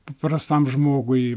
paprastam žmogui